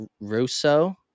russo